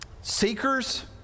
seekers